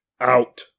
Out